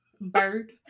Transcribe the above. Bird